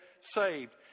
saved